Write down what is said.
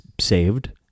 saved